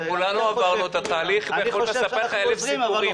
פה כולנו עברנו את התהליך ויכולים לספר לך אלף סיפורים,